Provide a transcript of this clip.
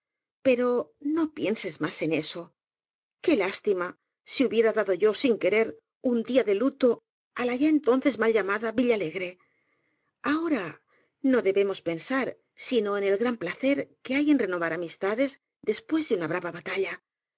pero no pienses más en eso qué lástima si hubiera dado yo sin querer un día de luto á la ya entonces mal llamada villalegre ahora no debemos pensar sino en el gran pla cer que hay en renovar amistades después de una brava batalla